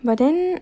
but then